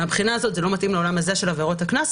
מהבחינה הזאת זה לא מתאים לעולם הזה של עבירות הקנס.